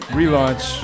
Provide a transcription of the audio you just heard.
relaunch